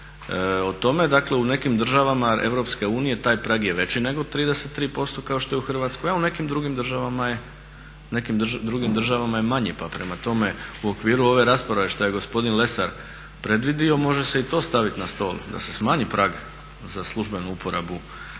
o tome dakle u nekim zemljama EU taj prag je veći nego 33% kao što je u Hrvatskoj, a u nekim drugim državama je manji. Pa prema tome u okviru ove rasprave što je gospodin Lesar predvidio može se i to staviti na stol da se smanji prag za službenu uporabu